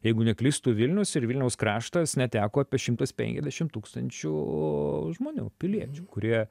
jeigu neklystu vilnius ir vilniaus kraštas neteko apie šimtas penkiasdešimt tūkstančių žmonių piliečių kurie